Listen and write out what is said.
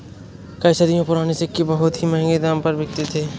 कई सदियों पुराने सिक्के बहुत ही महंगे दाम पर बिकते है